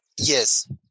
Yes